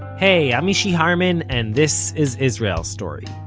hey i'm mishy harman and this is israel story.